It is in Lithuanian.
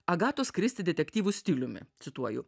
agatos kristi detektyvų stiliumi cituoju